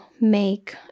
make